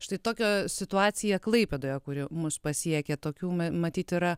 štai tokia situacija klaipėdoje kuri mus pasiekia tokių ma matyt yra